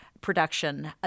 production